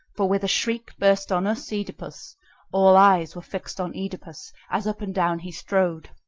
for with a shriek burst on us oedipus all eyes were fixed on oedipus, as up and down he strode,